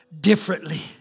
differently